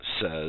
says